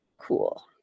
Cool